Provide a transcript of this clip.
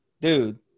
dude